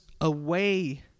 away